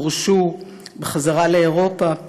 גורשו בחזרה לאירופה,